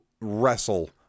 wrestle